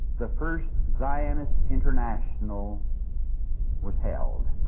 the first zionist international was held,